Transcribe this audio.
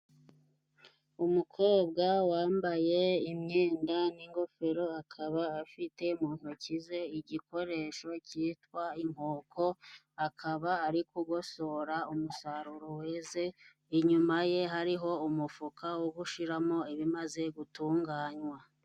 Umukobwa wambaye imyenda n'ingofero, akaba afite mu ntoki ze igikoresho cyitwa inkoko, akaba ari kugosora umusaruro weze, inyuma ye hariho umufuka wo gushiramo ibimaze gutunganywa.